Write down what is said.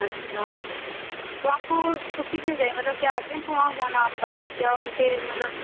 اچھا توآپ کو چھٹی کیوں چاہیے مطلب کیا ارجنٹ وہاں جانا ہے آپ کا کیا ان کے مطلب